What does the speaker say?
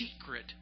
secret